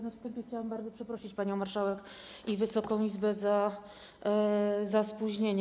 Na wstępie chciałam bardzo przeprosić panią marszałek i Wysoką Izbę za spóźnienie.